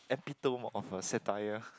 epitome of a satire